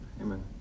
Amen